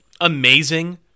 amazing